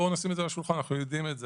אנו יודעים את זה.